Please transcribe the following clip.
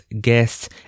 guests